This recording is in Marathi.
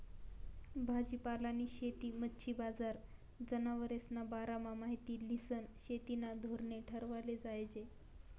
भाजीपालानी शेती, मच्छी बजार, जनावरेस्ना बारामा माहिती ल्हिसन शेतीना धोरणे ठरावाले जोयजे